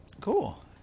Cool